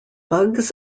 bugs